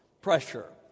pressure